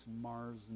Mars